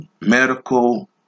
medical